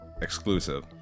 Exclusive